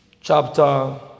chapter